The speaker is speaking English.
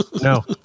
No